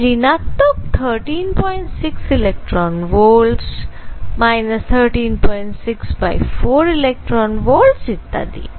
তাই ঋণাত্মক 136 eV 1364 eV ইত্যাদি